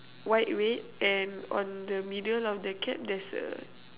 white red and on the middle of the cap there's a